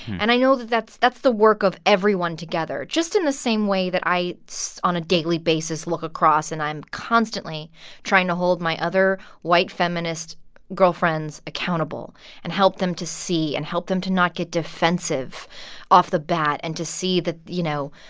and i know that that's that's the work of everyone together, just in the same way that i on a daily basis look across, and i'm constantly trying to hold my other white feminist girlfriends accountable and help them to see and help them to not get defensive defensive off the bat and to see that, you know,